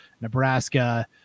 Nebraska